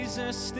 Jesus